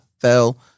fell